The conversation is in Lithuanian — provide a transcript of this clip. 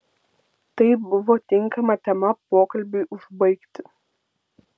tai buvo tinkama tema pokalbiui užbaigti